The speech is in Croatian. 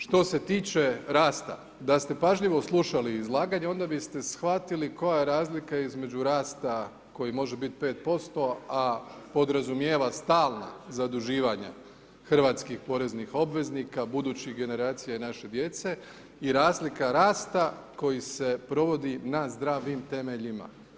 Što se tiče rasta, da ste pažljivo slušali izlaganja, onda biste shvatili koja je razlika između rasta koji može biti 5%, a podrazumijeva stalna zaduživanja hrvatskih poreznih obveznika, budućih generacija i naše djece, i razlika rasta koji se provodi na zdravim temeljima.